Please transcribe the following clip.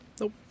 nope